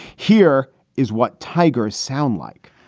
here is what tiger sounds like